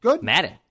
Madden